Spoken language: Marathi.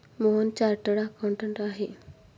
मोहन चार्टर्ड अकाउंटंट आहेत